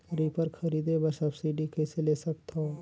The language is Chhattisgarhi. रीपर खरीदे बर सब्सिडी कइसे ले सकथव?